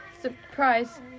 Surprise